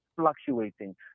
fluctuating